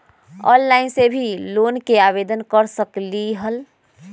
Online से भी loan के आवेदन कर सकलीहल?